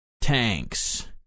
tanks